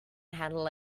handle